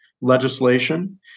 legislation